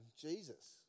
Jesus